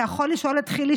אתה יכול לשאול את חילי,